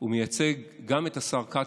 הוא מייצג גם את השר כץ,